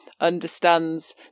understands